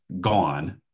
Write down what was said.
gone